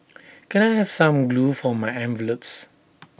can I have some glue for my envelopes